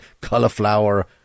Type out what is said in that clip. cauliflower